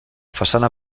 façana